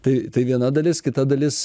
tai tai viena dalis kita dalis